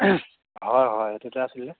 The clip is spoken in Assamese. হয় হয় সেইটোতে আছিলে